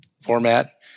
format